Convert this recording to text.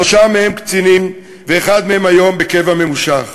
שלושה מהם קצינים ואחד מהם היום בקבע ממושך.